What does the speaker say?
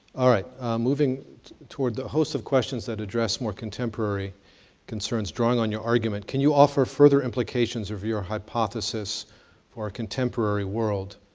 alright moving toward the host of questions that address more contemporary concerns. drawing on your argument, can you offer further implications of your hypothesis for a contemporary world.